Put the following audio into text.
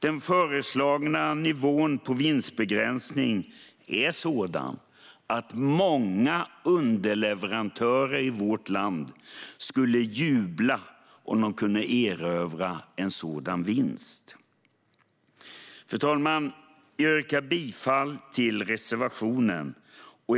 Den föreslagna nivån på vinstbegränsning är sådan att många underleverantörer i vårt land skulle jubla om de kunde erövra en sådan vinst. Fru talman! Jag yrkar bifall till reservationen.